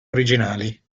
originali